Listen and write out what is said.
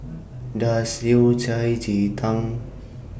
Does Yao Cai Ji Tang